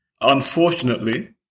Unfortunately